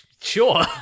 Sure